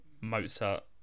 mozart